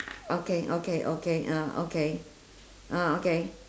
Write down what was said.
okay okay okay ah okay ah okay